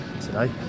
today